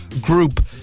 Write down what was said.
group